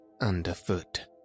Underfoot